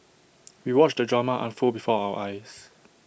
we watched the drama unfold before our eyes